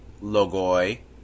Logoi